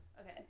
Okay